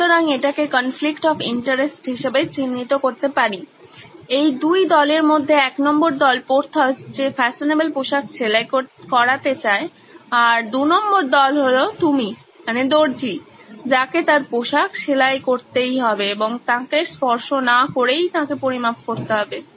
সুতরাং এটাকে conflict of interest হিসেবে চিহ্নিত করতে পারি এই দুই দলের মধ্যে এক নম্বর দল পোর্থস যে ফ্যাশনেবল পোশাক সেলাই করাতে চায় আর দুনম্বর দল হল তুমি দর্জি যাকে তার পোশাক সেলাই করতেই হবে এবং তাঁকে স্পর্শ না করেই তাঁকে পরিমাপ করতে হবে